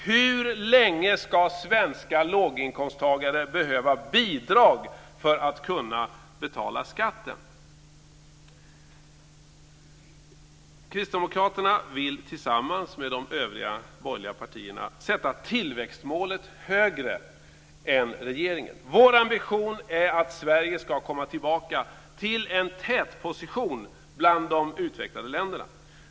Hur länge ska svenska låginkomsttagare behöva bidrag för att kunna betala skatten? Kristdemokraterna vill tillsammans med de övriga borgerliga partierna sätta tillväxtmålet högre än regeringen. Vår ambition är att Sverige ska komma tillbaka till en tätposition bland de utvecklade länderna.